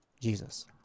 Jesus